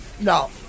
No